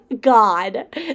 God